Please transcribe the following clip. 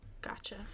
Gotcha